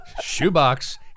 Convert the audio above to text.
Shoebox